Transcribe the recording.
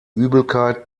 übelkeit